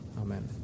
Amen